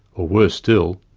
or worse still,